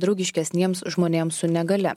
draugiškesniems žmonėms su negalia